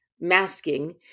masking